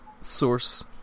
source